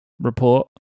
report